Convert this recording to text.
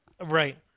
Right